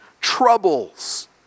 troubles